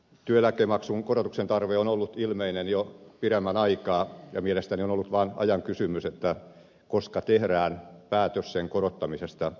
työeläkemaksun korotuksen tarve on ollut ilmeinen jo pidemmän aikaa ja mielestäni on ollut vaan ajan kysymys koska tehdään päätös sen korottamisesta